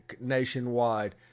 nationwide